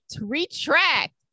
retract